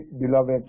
beloved